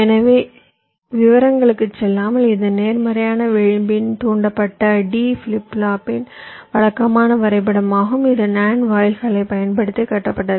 எனவே விவரங்களுக்குச் செல்லாமல் இது நேர்மறையான விளிம்பின் தூண்டப்பட்ட D ஃபிளிப் ஃப்ளாப்பின் வழக்கமான வரைபடமாகும் இது NAND வாயில்களைப் பயன்படுத்தி கட்டப்பட்டது